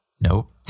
Nope